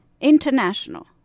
International